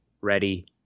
ready